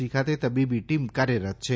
C ખાતે તબીબી team કાર્યરત છે